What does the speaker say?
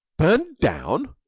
burned down!